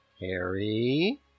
Harry